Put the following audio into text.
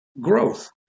growth